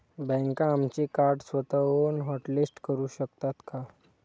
बँका आमचे कार्ड स्वतःहून हॉटलिस्ट करू शकतात का?